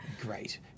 Great